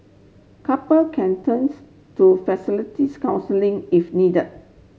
couple can turns to facilities counselling if needed